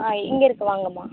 ஆ இங்கே இருக்கு வாங்கம்மா